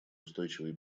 устойчивой